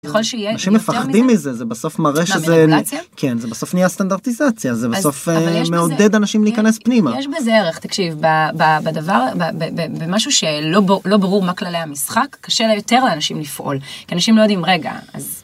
אנשים מפחדים מזה זה בסוף מראה שזה, מה מרגולציה? כן, זה בסוף נהיה סטנדרטיזציה, זה בסוף מעודד אנשים להיכנס פנימה, יש בזה ערך תקשיב בדבר במשהו שלא לא ברור מה כללי המשחק קשה ליותר אנשים לפעול כי אנשים לא יודעים רגע.